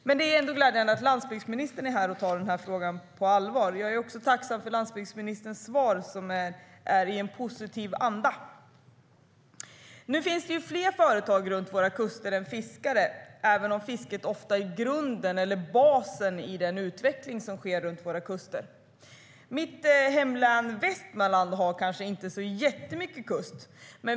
Men det är ändå glädjande att landsbygdsministern är här och tar frågan på allvar. Jag är också tacksam för landsbygdsministerns svar, som är i en positiv anda. Det finns fler företag vid våra kuster än fiskeföretag, även om fisket ofta är grunden eller basen i den utveckling som sker vid våra kuster. Mitt hemlän Västmanland har kanske inte jättemycket kust.